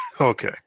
Okay